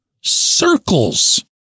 Circles